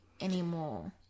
anymore